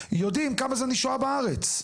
יודעים כמה זמן היא שוהה בארץ.